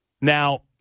Now